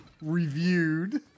reviewed